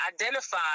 identify